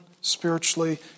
spiritually